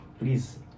Please